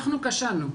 אנחנו כשלנו.